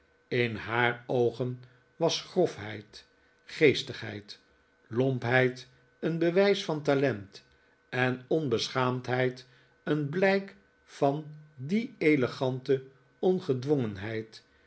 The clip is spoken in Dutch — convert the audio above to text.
in haar oogen was grofheid geestigheid lompheid een bewijs van talent en onbeschaamdheid een blijk van die elegante ongedwongenheid